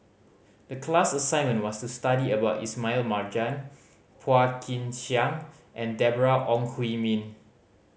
the class assignment was to study about Ismail Marjan Phua Kin Siang and Deborah Ong Hui Min